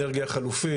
גם בנושא אנרגיה חלופית.